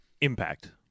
Impact